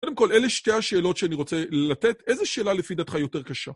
קודם כול, אלה שתי השאלות שאני רוצה לתת. איזו שאלה לפי דעתך יותר קשה?